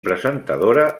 presentadora